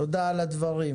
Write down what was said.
תודה על הדברים.